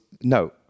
no